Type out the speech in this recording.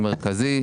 הוועדה מבקשת ו-?